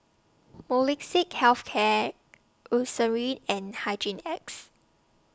Molnylcke Health Care Eucerin and Hygin X